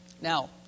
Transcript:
Now